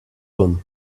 one